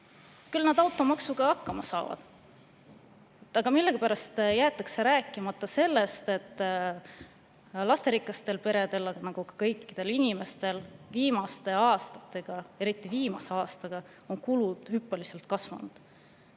Küll nad automaksuga hakkama saavad. Aga millegipärast jäetakse rääkimata see, et lasterikastel peredel, nagu kõikidel inimestel, viimaste aastatega, eriti viimase aastaga on kulud hüppeliselt kasvanud